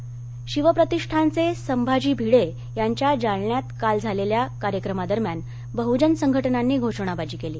संभाजी भिडे जालना शिवप्रतिष्ठानचे संभाजी भिडे यांच्या जालन्यात काल झालेल्या कार्यक्रमादरम्यान बहजन संघटनांनी घोषणाबाजी केली